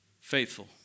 faithful